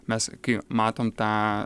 mes kai matom tą